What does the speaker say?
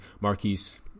Marquise